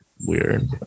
weird